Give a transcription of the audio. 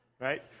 Right